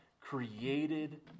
created